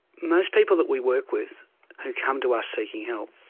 most people that we work with who come to us seeking help